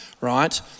right